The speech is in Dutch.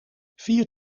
vier